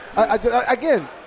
Again